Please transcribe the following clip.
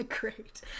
Great